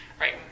Right